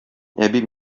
әби